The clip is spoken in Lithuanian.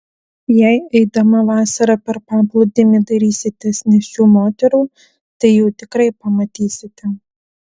jei eidama vasarą per paplūdimį dairysitės nėščių moterų tai jų tikrai pamatysite